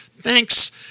thanks